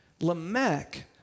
Lamech